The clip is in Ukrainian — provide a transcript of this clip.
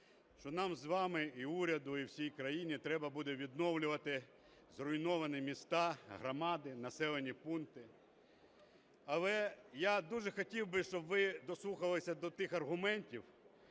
що нам з вами і уряду, і всій країні треба буде відновлювати зруйновані міста, громади, населені пункти. Але я дуже хотів би, щоб ви дослухались до тих аргументів